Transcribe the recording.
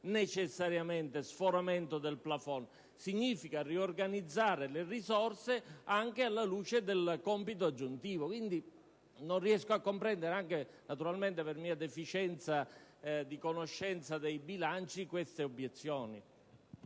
necessariamente sforamento del *plafond*: significa riorganizzare le risorse anche alla luce del compito aggiuntivo. Quindi, non riesco a comprendere, anche naturalmente per mia deficienza di conoscenza dei bilanci, tali obiezioni.